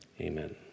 amen